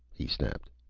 he snapped.